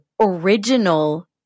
original